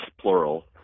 plural